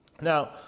Now